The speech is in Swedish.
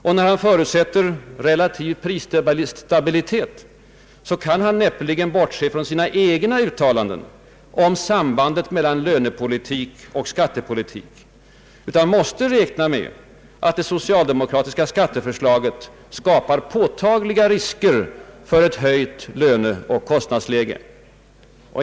Och när han förutsätter relativ prisstabilitet, kan han näppeligen bortse ifrån sina egna uttalanden om sambandet mellan lönepolitik och skattepolitik utan måste räkna med att det socialdemokratiska skatteförslaget skapar påtagliga risker för ett höjt löneoch och kostnadsläge.